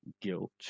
guilt